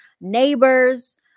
neighbors